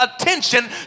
attention